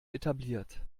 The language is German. etabliert